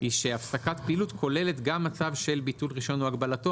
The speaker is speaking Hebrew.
היא שהפסקת פעילות כוללת גם מצב של ביטול רישיון או הגבלתו